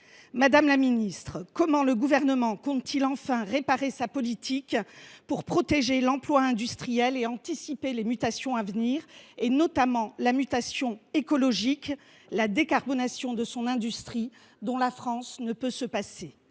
Madame la ministre, comment le Gouvernement compte t il enfin réparer sa politique pour protéger l’emploi industriel et anticiper les mutations à venir, notamment la mutation écologique et la décarbonation de l’industrie, dont la France ne peut se passer ?